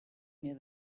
near